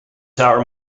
tower